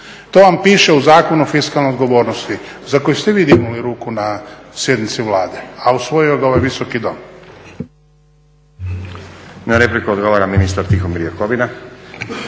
To vam piše u Zakonu o fiskalnoj odgovornosti za koji ste vi dignuli ruku na sjednici Vlade, a usvojio ga je ovaj Visoki dom.